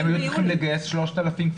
הם היו צריכים לגייס 3,000 מתחקרים,